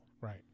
Right